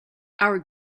our